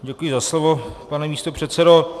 Děkuji za slovo, pane místopředsedo.